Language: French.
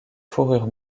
fourrure